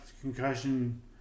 concussion